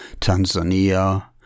Tanzania